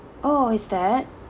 oh is that